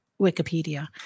Wikipedia